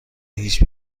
هیچ